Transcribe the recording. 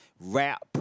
rap